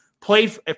Played